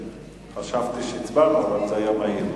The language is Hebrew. חשבתי שהצבענו, אבל זה היה מהיר.